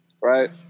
right